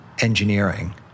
engineering